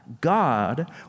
God